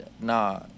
nah